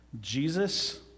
Jesus